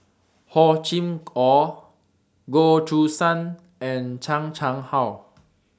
Hor Chim Or Goh Choo San and Chan Chang How